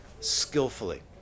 skillfully